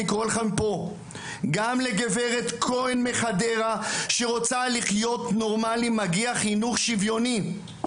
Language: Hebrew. גם לגברת כהן מחדרה שרוצה לחיות נורמאלי מגיע חינוך שוויוני.